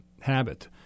habit